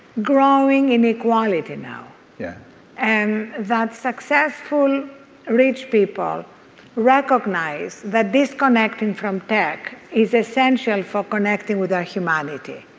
growing inequality now yeah and that successful rich people recognize that disconnecting from tech is essential for connecting with our humanity.